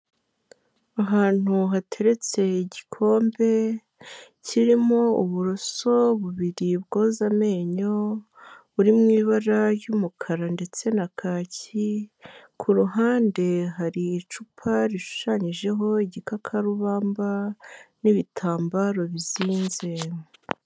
Ahantu hateretse igikombe kirimo uburoso bubiri bwoza amenyo buri mu ibara ry'umukara ndetse na kaki, ku ruhande hari icupa rishushanyijeho igikakarubamba n'ibitambaro bizinze.